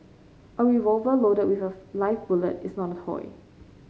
a revolver loaded with a live bullet is not a toy